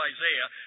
Isaiah